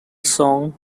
song